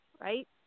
right